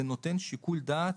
זה נותן שיקול דעת